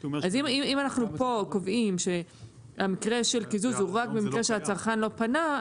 אז אם אנחנו קובעים פה שהמקרה של קיזוז הוא רק במקרה שהצרכן לא פנה,